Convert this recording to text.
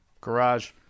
garage